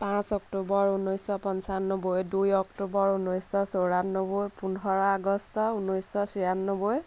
পাঁচ অক্টোবৰ ঊনৈছশ পঁচানব্বৈ দুই অক্টোবৰ ঊনৈছশ চৌৰান্নব্বৈ পোন্ধৰ আগষ্ট ঊনৈছশ ছয়ান্নবৈ